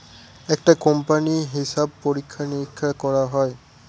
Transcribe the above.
একটা কোম্পানির হিসাব পরীক্ষা নিরীক্ষা করা হয়